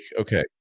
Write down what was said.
okay